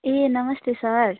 ए नमस्ते सर